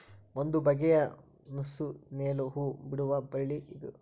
ಒಂದು ಬಗೆಯ ನಸು ನೇಲು ಹೂ ಬಿಡುವ ಬಳ್ಳಿ ಇದು